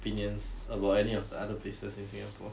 opinions about any of the other places in singapore